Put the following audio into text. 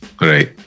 Right